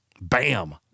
bam